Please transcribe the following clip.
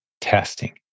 testing